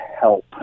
help